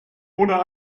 oder